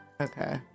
Okay